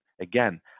Again